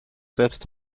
selbst